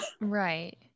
Right